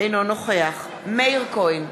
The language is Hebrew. אינו נוכח מאיר כהן,